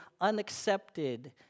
unaccepted